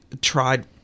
tried